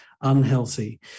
unhealthy